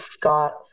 got